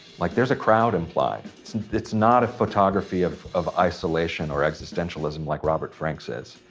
like, there's a crowd in play. it's, and it's not a photography of, of isolation or existentialism, like, robert frank says.